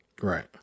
Right